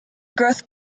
growth